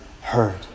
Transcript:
heard